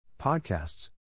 podcasts